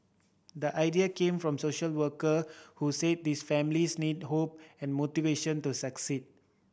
the idea came from social worker who said these families need hope and motivation to succeed